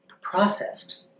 processed